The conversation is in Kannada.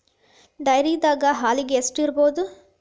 ಡೈರಿದಾಗ ಹಾಲಿಗೆ ಎಷ್ಟು ಇರ್ಬೋದ್?